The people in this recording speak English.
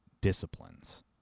disciplines